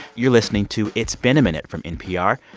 you're listening to it's been a minute from npr.